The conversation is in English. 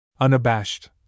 Unabashed